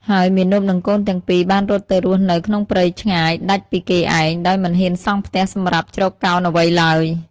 ហើយមាណពនិងកូនទាំងពីរបានរត់ទៅរស់នៅក្នុងព្រៃឆ្ងាយដាច់ពីគេឯង ដោយមិនហ៊ានសង់ផ្ទះសម្រាប់ជ្រកកោនអ្វីឡើយ។